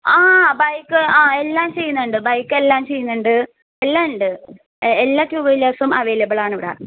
ആ ബൈക്ക് ആ എല്ലാം ചെയ്യുന്നുണ്ട് ബൈക്കെല്ലാം ചെയ്യുന്നുണ്ട് എല്ലാം ഉണ്ട് എല്ലാ ടൂ വീലേഴ്സും അവൈലബിൾ ആണ് ഇവിടെ